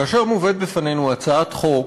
כאשר מובאת בפנינו הצעת חוק,